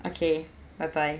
okay bye bye